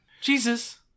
Jesus